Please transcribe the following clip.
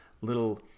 little